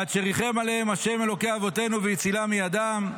עד שריחם עליהם השם אלוקי אבותינו והצילם מידם,